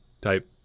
type